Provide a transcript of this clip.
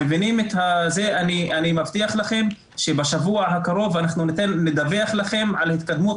אני מבטיח לכם שבשבוע הקרוב נדווח לכם על התקדמות